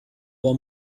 our